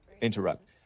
interrupt